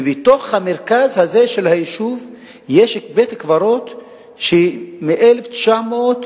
ובתוך המרכז הזה של היישוב יש בית-קברות שקיים שם מ-1912.